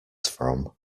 from